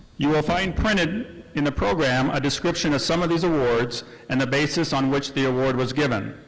you will find printed in the program a description of some of these awards and the basis on which the award was given.